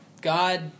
God